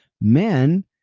men